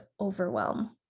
overwhelm